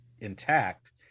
intact